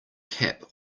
cap